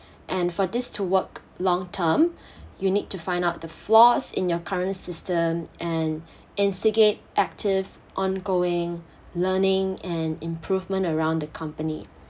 and for this to work long-term you need to find out the flaws in your current system and instigate active ongoing learning and improvement around the company